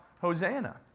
Hosanna